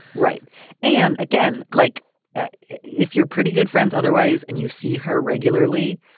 right and again, like if you're pretty good friends otherwise and you see her regularly,